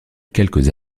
quelques